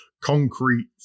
concrete